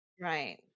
Right